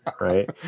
right